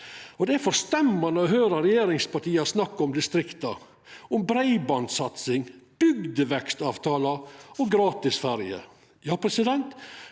Det er forstemmande å høyra regjeringspartia snakka om distrikta, om breibandsatsing, bygdevekstavtalar og gratis ferjer. Ja, utan eit